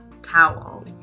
towel